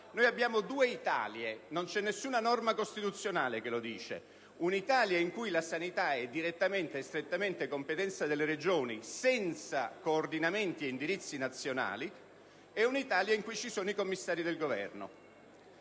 Abbiamo due Italie, non c'è nessuna norma costituzionale che lo dice: un'Italia in cui la sanità è direttamente e strettamente competenza delle Regioni, senza coordinamenti e indirizzi nazionali, e un'Italia in cui ci sono i commissari del Governo.